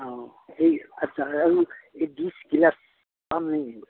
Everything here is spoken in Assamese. অঁ এই আচ্ছা আৰু এই ডিছ গিলাচ পাম নেকি